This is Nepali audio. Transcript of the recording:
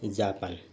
जापान